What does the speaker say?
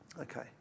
Okay